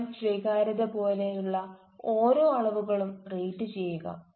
സ്വയം സ്വീകാര്യത പോലെ ഉള്ള ഓരോ അളവുകളും റേറ്റ് ചെയ്യുക